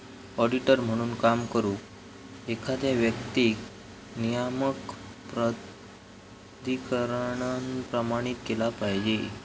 auditor म्हणून काम करुक, एखाद्या व्यक्तीक नियामक प्राधिकरणान प्रमाणित केला पाहिजे